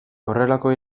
horrelako